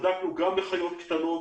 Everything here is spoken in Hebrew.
בדקנו גם בחיות קטנות,